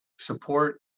support